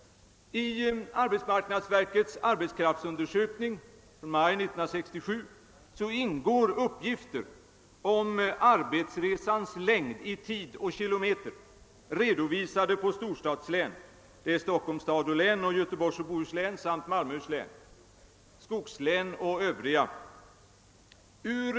undersökning från maj 1967 ingår uppgifter om arbetsresans längd i tid och kilometer redovisade på storstadslän — d.v.s. Stockholms stad och län, Göteborgs och Bohus län samt Malmöhus län — skogslän och övriga län.